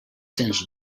sens